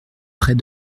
près